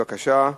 בבקשה.